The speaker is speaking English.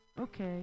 Okay